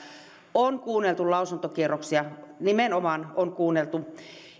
on kuunneltu lausuntokierroksia nimenomaan on kuunneltu